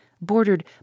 bordered